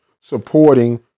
supporting